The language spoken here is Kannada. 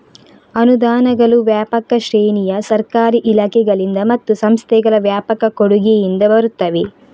ಅನುದಾನಗಳು ವ್ಯಾಪಕ ಶ್ರೇಣಿಯ ಸರ್ಕಾರಿ ಇಲಾಖೆಗಳಿಂದ ಮತ್ತು ಸಂಸ್ಥೆಗಳ ವ್ಯಾಪಕ ಕೊಡುಗೆಯಿಂದ ಬರುತ್ತವೆ